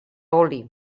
oli